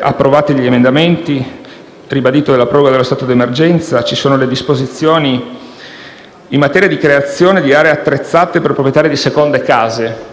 approvati degli emendamenti e ribadita la proroga dello stato di emergenza, ci sono le disposizioni in materia di creazione di aree attrezzate per proprietari di seconde case.